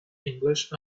english